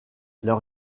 leur